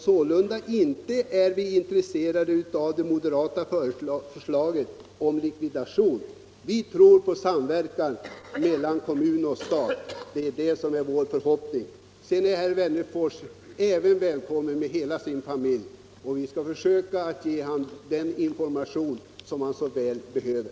Sålunda är vi inte intresserade av det moderata förslaget om likvidation, utan vi tror på samverkan mellan kommunerna och staten —- det är det som är vår förhoppning. Herr Wennerfors är välkommen till Hallstahammar med hela sin familj. Vi skall då försöka ge honom den information han så väl behöver.